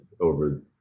over